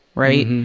right?